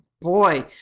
boy